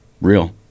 real